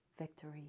victory